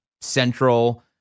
central